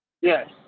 Yes